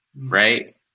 Right